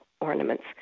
ornaments